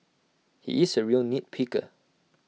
he is A real nit picker